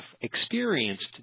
experienced